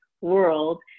world